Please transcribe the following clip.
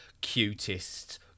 cutest